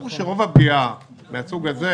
ברור שרוב הפגיעה מן הסוג הזה